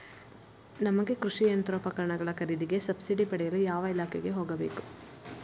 ನಮಗೆ ಕೃಷಿ ಯಂತ್ರೋಪಕರಣಗಳ ಖರೀದಿಗೆ ಸಬ್ಸಿಡಿ ಪಡೆಯಲು ಯಾವ ಇಲಾಖೆಗೆ ಹೋಗಬೇಕು?